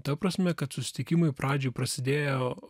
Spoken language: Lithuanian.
ta prasme kad susitikimai pradžioj prasidėjo